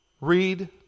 read